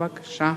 בבקשה.